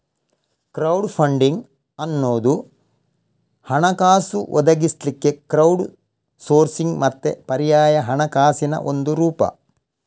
crowd funding ಅನ್ನುದು ಹಣಕಾಸು ಒದಗಿಸ್ಲಿಕ್ಕೆ ಕ್ರೌಡ್ ಸೋರ್ಸಿಂಗ್ ಮತ್ತೆ ಪರ್ಯಾಯ ಹಣಕಾಸಿನ ಒಂದು ರೂಪ